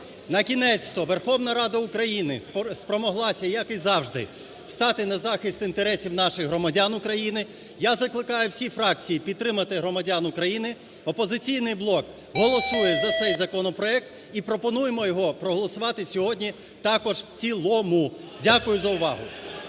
Накінець-тоВерховна Рада України спромоглася, як і завжди, встати на захист інтересів наших громадян України. Я закликаю всі фракції підтримати громадян України. "Опозиційний блок" голосує за цей законопроект, і пропонуємо його проголосувати сьогодні також в цілому. Дякую за увагу.